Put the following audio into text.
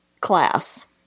class